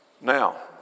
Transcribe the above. Now